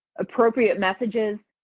appropriate messages.